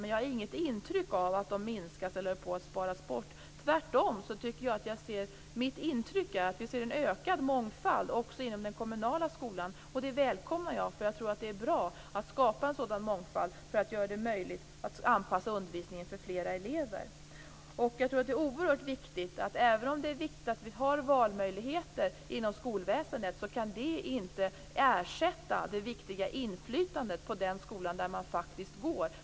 Men jag har inget intryck av att de minskas eller sparas bort. Tvärtom är mitt intryck att vi ser en ökad mångfald också inom den kommunala skolan. Det välkomnar jag, för jag tror att det är bra att skapa en sådan mångfald för att göra det möjligt att anpassa undervisningen för flera elever. Även om det är viktigt med valmöjligheter inom skolväsendet, kan det inte ersätta det viktiga inflytandet på den skola där man går.